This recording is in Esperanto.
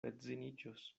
edziniĝos